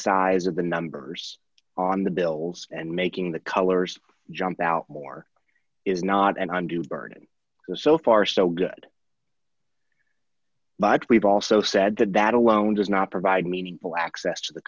size of the numbers on the bills and making the colors jump out more is not and on to burden the so far so good but we've also said that that alone does not provide meaningful access to the